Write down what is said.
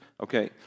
Okay